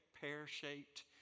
pear-shaped